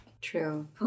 True